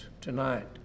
tonight